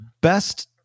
best